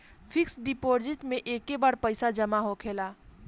fix deposit मे एके बार पैसा जामा होखेला